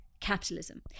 capitalism